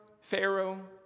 Pharaoh